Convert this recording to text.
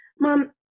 Mom